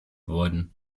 wurden